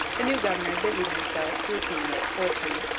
the new governor busied himself to accumulate fortune.